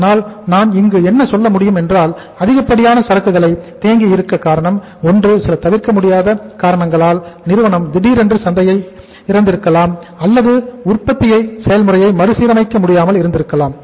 அதனால் நான் இங்கு என்ன சொல்ல முடியும் என்றால் அதிகப்படியான சரக்குகள் தேங்கி இருக்க காரணம் ஒன்று சில தவிர்க்க முடியாத காரணங்களால் நிறுவனம் திடீரென்று சந்தையை இறந்திருக்கலாம் அல்லது உற்பத்தி செயல்முறையை மறுசீரமைக்க முடியாமல் இருந்திருக்கலாம்